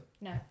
no